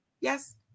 yes